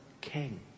king